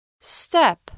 Step